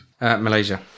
Malaysia